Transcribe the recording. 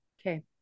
Okay